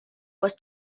was